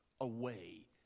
away